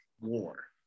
war